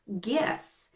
gifts